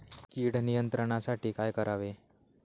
कीड नियंत्रणासाठी काय करावे?